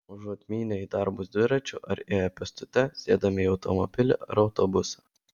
užuot mynę į darbus dviračiu ar ėję pėstute sėdame į automobilį ar autobusą